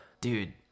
Dude